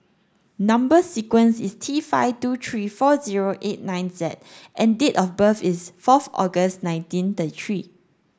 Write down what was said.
number sequence is T five two three four zero eight nine Z and date of birth is fourth August nineteen thirty three